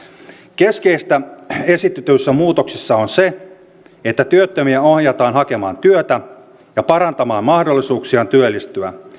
keskeistä esitetyissä muutoksissa on se että työttömiä ohjataan hakemaan työtä ja parantamaan mahdollisuuksiaan työllistyä